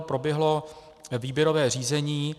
Proběhlo výběrové řízení.